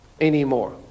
anymore